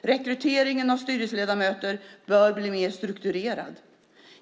Rekryteringen av styrelseledamöter bör bli mer strukturerad.